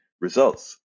results